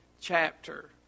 chapter